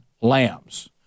lambs